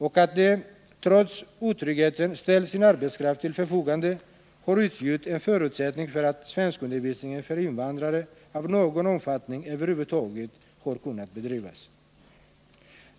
Och att de trots otryggheten ställt sin arbetskraft till förfogande har utgjort en förutsättning för att svenskundervisning för invandrare av någon omfattning över huvud taget har kunnat bedrivas.